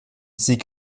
sie